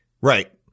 Right